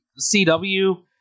CW